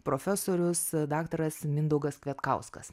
profesorius daktaras mindaugas kvietkauskas